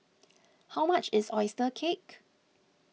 how much is Oyster Cake